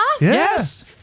Yes